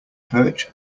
perch